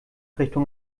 richtung